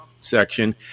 section